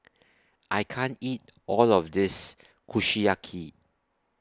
I can't eat All of This Kushiyaki